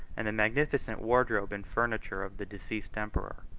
and the magnificent wardrobe and furniture of the deceased emperor.